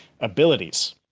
abilities